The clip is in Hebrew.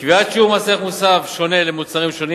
קביעת שיעור מס ערך מוסף שונה למוצרים שונים